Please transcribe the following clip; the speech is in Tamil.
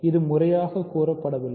இது முறையாகக் கூறப்படவில்லை